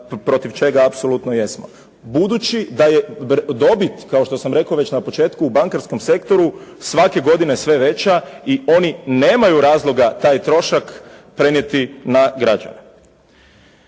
protiv čega apsolutno jesmo. Budući da je dobit, kao što sam rekao već na početku, u bankarskom sektoru svake godine sve veća i oni nemaju razloga taj trošak prenijeti na građane.